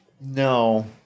No